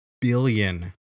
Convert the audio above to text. billion